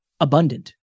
abundant